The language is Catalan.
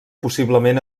possiblement